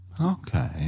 Okay